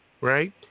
right